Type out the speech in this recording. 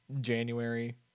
January